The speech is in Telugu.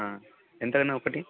ఎంత అన్న ఒకటి